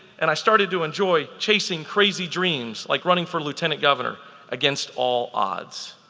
and i started to enjoy chasing crazy dreams like running for lieutenant governor against all odds.